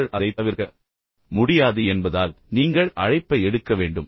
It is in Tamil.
நீங்கள் அதை தவிர்க்க முடியாது என்பதால் நீங்கள் அழைப்பை எடுக்க வேண்டும்